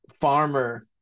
farmer